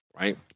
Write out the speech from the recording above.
Right